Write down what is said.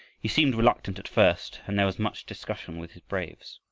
he seemed reluctant at first and there was much discussion with his braves.